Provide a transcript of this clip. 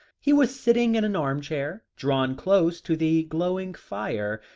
he was sitting in an armchair drawn close to the glowing fire,